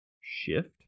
Shift